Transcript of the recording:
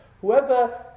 Whoever